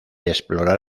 explorar